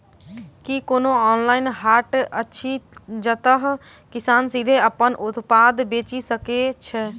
की कोनो ऑनलाइन हाट अछि जतह किसान सीधे अप्पन उत्पाद बेचि सके छै?